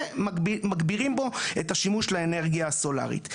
ומגבירים בהם את השימוש לאנרגיה הסולרית.